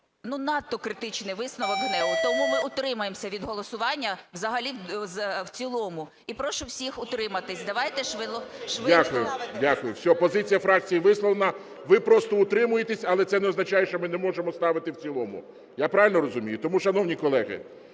надто критичний висновок ГНЕУ. Тому ми утримаємося від голосування взагалі в цілому. І прошу всіх утриматись. Давайте... ГОЛОВУЮЧИЙ. Дякую. Дякую. Все, позиція фракції висловлена. Ви просто утримуєтесь, але це не означає, що ми не можемо ставити в цілому. Я правильно розумію? Тому, шановні колеги,